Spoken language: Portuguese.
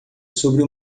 sobre